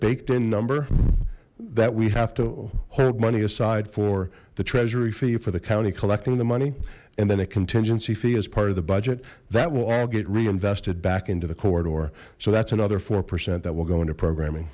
baked in number that we have to hold money aside for the treasury fee for the county collecting the money and then a contingency fee as part of the budget that will all get reinvested back into the corridor so that's another four percent that will go into programming